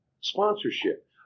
Sponsorship